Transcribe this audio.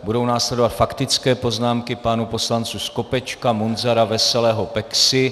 Budou následovat faktické poznámky pánů poslanců Skopečka, Munzara, Veselého, Peksy.